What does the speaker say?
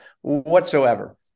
whatsoever